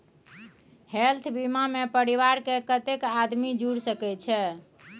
Health बीमा मे परिवार के कत्ते आदमी जुर सके छै?